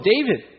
David